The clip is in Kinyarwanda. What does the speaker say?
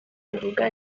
rivuga